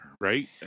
right